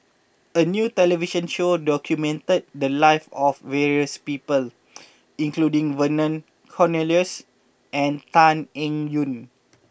a new television show documented the lives of various people including Vernon Cornelius and Tan Eng Yoon